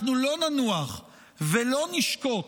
אנחנו לא ננוח ולא נשקוט